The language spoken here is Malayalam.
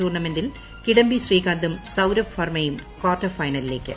ടൂർണമെന്റിൽ കിടംബി ശ്രീകാന്തും സൌരഭ് വർമ്മയും ക്വാർട്ടർ ഫൈനലിലേയ്ക്ക്